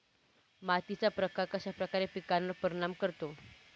मातीचा प्रकार कश्याप्रकारे पिकांवर परिणाम करतो?